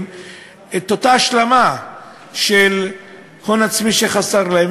את אותה השלמה של הון עצמי שחסר להם,